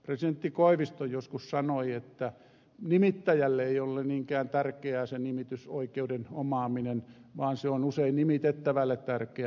presidentti koivisto joskus sanoi että nimittäjälle ei ole niinkään tärkeää se nimitysoikeuden omaaminen vaan se on usein nimitettävälle tärkeää